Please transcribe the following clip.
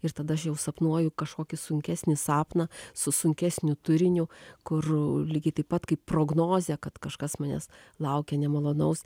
ir tada aš jau sapnuoju kažkokį sunkesnį sapną su sunkesniu turiniu kur lygiai taip pat kaip prognozė kad kažkas manęs laukia nemalonaus